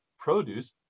Produce